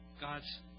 God's